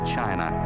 China